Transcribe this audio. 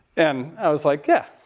and i was like, yeah,